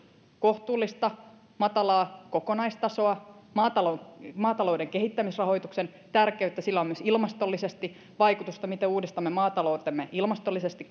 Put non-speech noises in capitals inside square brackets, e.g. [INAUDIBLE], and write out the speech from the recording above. kohtuullista matalaa kokonaistasoa maatalouden maatalouden kehittämisrahoituksen tärkeyttä sillä on myös ilmastollisesti vaikutusta miten uudistamme maataloutemme ilmastollisesti [UNINTELLIGIBLE]